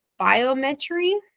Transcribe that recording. biometry